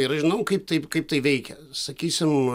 ir žinau kaip taip kaip tai veikia sakysim